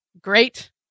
great